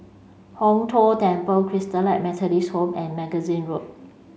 Hong Tho Temple Christalite Methodist Home and Magazine Road